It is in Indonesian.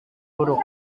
buruk